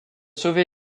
sauvé